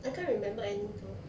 I can't remember any though